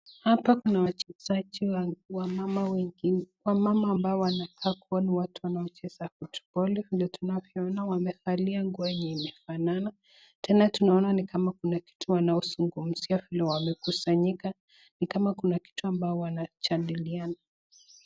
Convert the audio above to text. Hapa kuna wachezaji wamama wengi wamama ambao wanakaa kuona watu wanaocheza futiboli. Vile tunavyoona wamevalia nguo yenye imefanana. Tena tunaona ni kama kuna kitu wanaozungumzia vile wamekusanyika. Ni kama kuna kitu ambao wanajadiliana.